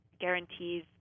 guarantees